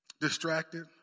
distracted